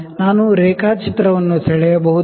ನಾನು ರೇಖಾಚಿತ್ರವನ್ನು ಬರೆಯಬಹುದೇ